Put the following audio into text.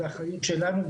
זו אחריות שלנו,